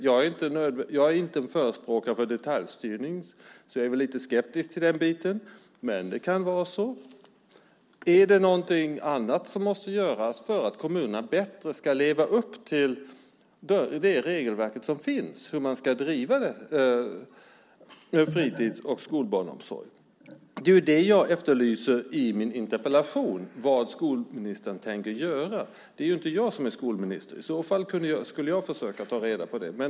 Jag är ingen förespråkare av detaljstyrning, så jag är lite skeptisk till det, men det kan vara så. Är det någonting annat som måste göras för att kommunerna bättre ska leva upp till det regelverk som finns för hur man ska driva fritids och skolbarnsomsorgen? I min interpellation efterlyser jag vad skolministern tänker göra. Det är inte jag som är skolminister, för i så fall skulle jag försöka ta reda på det.